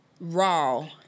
raw